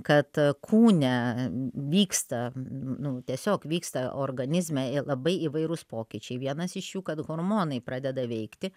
kad kūne vyksta nu tiesiog vyksta organizme labai įvairūs pokyčiai vienas iš jų kad hormonai pradeda veikti